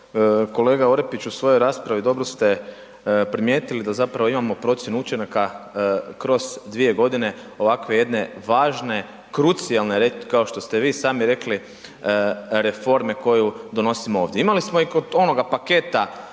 kolega Orepić u svojoj raspravi dobro ste primijetili da zapravo imamo procjenu učinaka kroz dvije godine ovakve jedne važne, krucijalne kao što ste vi sami rekli reforme koju donosimo ovdje. Imali smo i kod onoga paketa